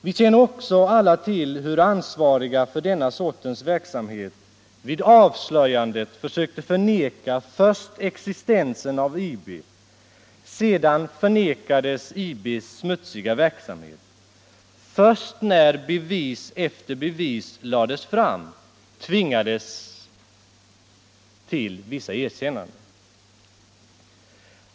Vi känner också alla till hur ansvariga för denna sortens verksamhet vid avslöjandet först försökte förneka existensen av IB; sedan förnekades IB:s smutsiga verksamhet. Först när bevis efter bevis lades fram tvingades man till vissa erkännanden.